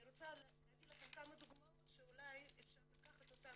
אני רוצה להביא כמה דוגמות שאולי אפשר לקחת אותן